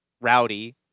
Rowdy